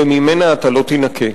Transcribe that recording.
וממנה אתה לא תינקה.